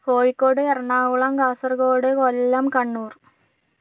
Kozhikode Ernakulam Kasaragod Kollam Kannur